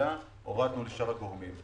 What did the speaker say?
לתעשייה הורדנו לשאר הגורמים.